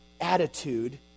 attitude